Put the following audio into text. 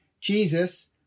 Jesus